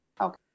okay